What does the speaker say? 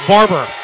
Barber